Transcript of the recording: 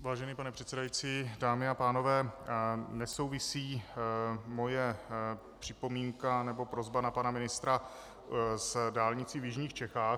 Vážený pane předsedající, dámy a pánové, nesouvisí moje připomínka nebo prosba na pana ministra s dálnicí v jižních Čechách.